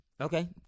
Okay